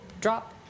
drop